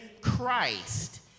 Christ